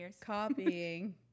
copying